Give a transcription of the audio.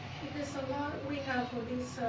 because a lot we have for these